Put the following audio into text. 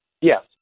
Yes